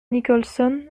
nicholson